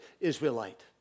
Israelite